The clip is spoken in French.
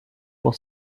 pour